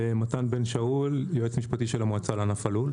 מתן בן שאול, יועץ משפטי של המועצה לענף הלול.